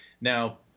Now